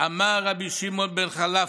"אמר רבי שמעון בן חלפתא: